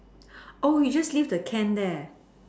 oh you just give the can there